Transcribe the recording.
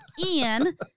Ian